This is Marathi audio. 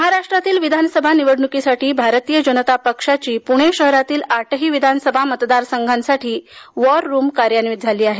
महाराष्ट्रातील विधानसभा निवडण्कीसाठी भारतीय जनता पक्षाची प्णे शहरातील आठही विधानसभा मतदारसंघांसाठी वॉर रूम कार्यान्वित झाली आहे